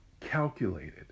calculated